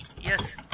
Yes